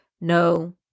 no